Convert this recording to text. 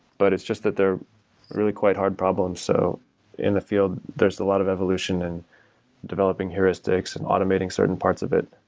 but it's just that they're really quite hard problems. so in in the field, there's a lot of evolution in developing heuristics and automating certain parts of it,